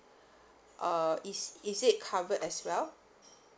uh is is it covered as well